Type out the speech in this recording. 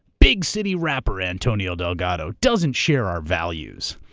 big-city rapper, antonio delgado, doesn't share our values.